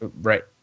Right